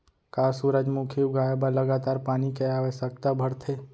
का सूरजमुखी उगाए बर लगातार पानी के आवश्यकता भरथे?